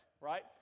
right